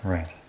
Right